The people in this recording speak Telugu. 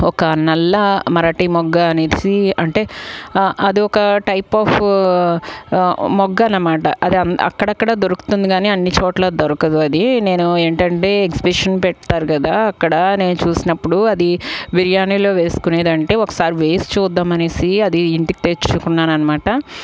ఒక నల్ల మరాఠీ మొగ్గ అనేసి అంటే అదొక టైప్ ఆఫ్ మొగ్గ అనమాట అది అక్కడక్కడ దొరుకుతుంది కానీ అన్ని చోట్ల దొరకదు అది నేను ఏంటంటే ఎగ్జిబిషన్ పెట్టారు కదా అక్కడ నేను చూసినప్పుడు అది బిర్యానీలో వేసుకునేదంటే ఒకసారి వేసి చూద్దామనేసి అది ఇంటికి తెచ్చుకున్నాను అనమాట